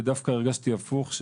ודווקא הרגשתי הפוך: